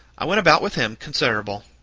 i went about with him, considerable.